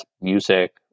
music